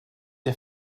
der